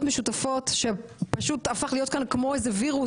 משותפות שפשוט הפך להיות כאן כמו איזה וירוס,